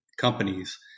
companies